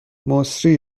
مسری